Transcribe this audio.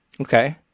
Okay